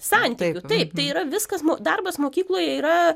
santykių taip tai yra viskas mo darbas mokykloje yra